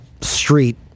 street